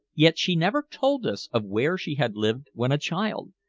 yet she never told us of where she had lived when a child.